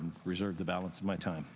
and preserve the balance of my time